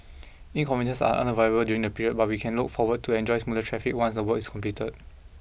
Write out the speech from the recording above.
inconvenience are unavoidable during the period but we can look forward to enjoy smoother traffic once the work is completed